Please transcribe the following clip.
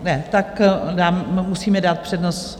Ne, tak musíme dát přednost...